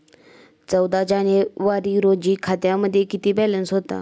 चौदा जानेवारी रोजी खात्यामध्ये किती बॅलन्स होता?